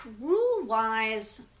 Rule-wise